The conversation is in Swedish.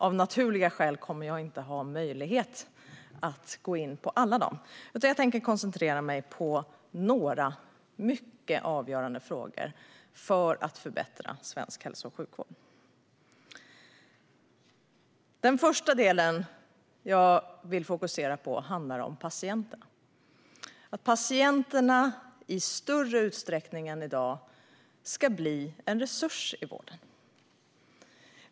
Av naturliga skäl kommer jag inte att ha möjlighet att gå in på alla. Jag tänker koncentrera mig på några mycket avgörande frågor för att svensk hälso och sjukvård ska förbättras. Den första delen som jag vill fokusera på handlar om patienten. Patienten ska i större utsträckning än i dag bli en resurs i vården.